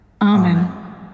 Amen